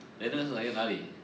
then 那是哪一个那里